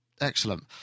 Excellent